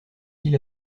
ils